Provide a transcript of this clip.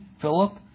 Philip